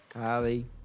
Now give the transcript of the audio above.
Ali